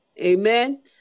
amen